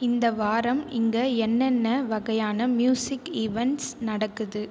இந்த வாரம் இங்கே என்னென்ன வகையான மியூசிக் ஈவெண்ட்ஸ் நடக்குது